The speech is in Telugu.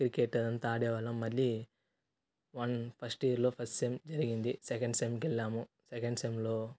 క్రికెట్ అది అంతా ఆడేవాళ్ళం మళ్ళీ వన్ ఫస్ట్ ఇయర్లో ఫస్ట్ సెమ్ జరిగింది సెకండ్ సెమ్కు వెళ్ళాము సెకండ్ సెమ్లో